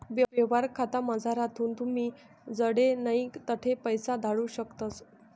यवहार खातामझारथून तुमी जडे नै तठे पैसा धाडू शकतस